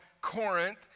Corinth